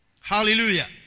hallelujah